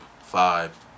five